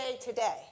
today